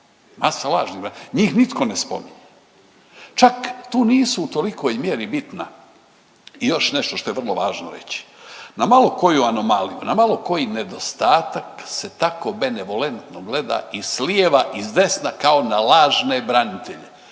Masa lažnih branitelja njih nitko ne spominje. Čak tu nisu u tolikoj mjeri bitna i još nešto što je vrlo važno reći. Na malo koju anomaliju, na malo koji nedostatak se tako benevolentno gleda i s lijeva i s desna kao na lažne branitelje.